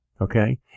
Okay